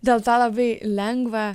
dėl to labai lengva